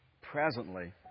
presently